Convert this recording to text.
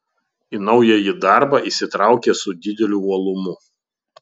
į naująjį darbą įsitraukė su dideliu uolumu